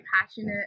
passionate